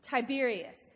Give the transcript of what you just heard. Tiberius